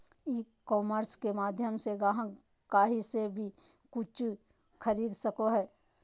ई commerce के माध्यम से ग्राहक काही से वी कूचु खरीदे सको हइ